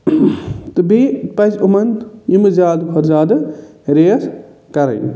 تہٕ بیٚیہِ پَزِ یِمَن یِمہٕ زیادٕ کھۄتہٕ زیادٕ ریس کَرٕنۍ